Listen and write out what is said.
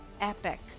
epic